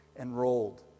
enrolled